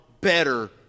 better